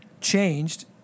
changed